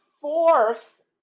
fourth